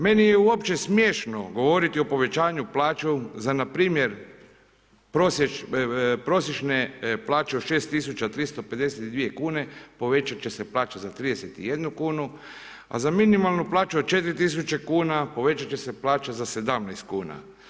Meni je uopće smješno govoriti o povećanju plaća za npr. prosječne plaće od 6.352 kune povećat će se plaća za 31 kunu, a za minimalnu plaću od 4.000 kuna povećat će se plaća za 17 kuna.